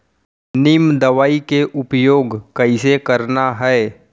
नीम दवई के उपयोग कइसे करना है?